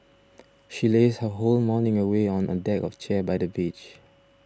she lazed her whole morning away on a deck of chair by the beach